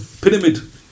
pyramid